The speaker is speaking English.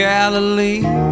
Galilee